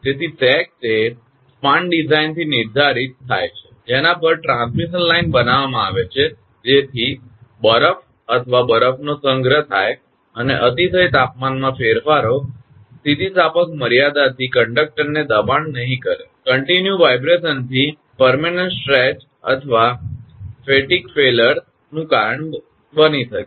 તેથી સેગ તે સ્પાન ડિઝાઇનથી નિર્ધારિત થાય છે કે જેના પર ટ્રાન્સમિશન લાઇન બનાવવામાં આવે છે જેથી બરફ અથવા બરફનો સંગ્રહ થાય અને અતિશય તાપમાનના ફેરફારો સ્થિતિસ્થાપક મર્યાદાelastic limit થી કંડક્ટરને દબાણ નહી કરે સતત કંપનથી સ્થાયી ખેંચાણ અથવા ફેટીગ નિષ્ફળતાનું કારણ બની શકે